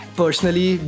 personally